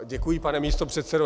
Děkuji, pane místopředsedo.